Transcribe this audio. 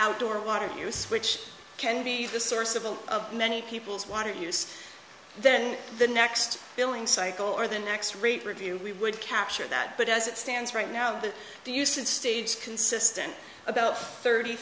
outdoor water use which can be the source of all of many people's water use then the next billing cycle or the next rate review we would capture that but as it stands right now the the usage stage consistent about thirty